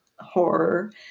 horror